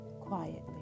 quietly